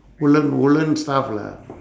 woollen woollen stuff lah